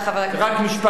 רק משפט אחד.